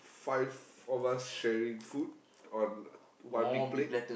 five of us sharing food on one big plate